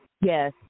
yes